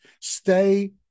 Stay